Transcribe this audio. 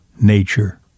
nature